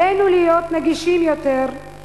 עלינו להיות נגישים יותר,